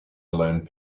alone